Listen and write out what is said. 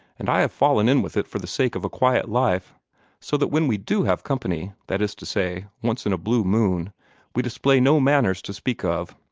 and i have fallen in with it for the sake of a quiet life so that when we do have company that is to say, once in a blue moon we display no manners to speak of.